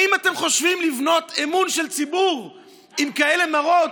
האם אתם חושבים לבנות אמון של ציבור עם כאלה מראות?